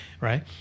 right